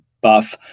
buff